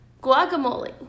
guacamole